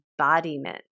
embodiment